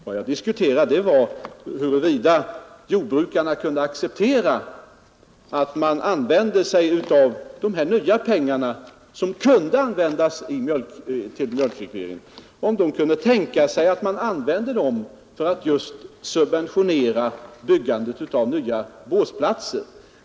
Vad jag diskuterade var huruvida jordbrukarna kunde acceptera att de pengar som kunde användas till mjölkreglering i stället kunde utnyttjas för att subventionera byggandet av nya båsplatser.